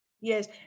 Yes